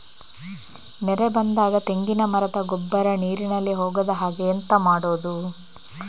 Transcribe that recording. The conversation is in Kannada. ನೆರೆ ಬಂದಾಗ ತೆಂಗಿನ ಮರದ ಗೊಬ್ಬರ ನೀರಿನಲ್ಲಿ ಹೋಗದ ಹಾಗೆ ಎಂತ ಮಾಡೋದು?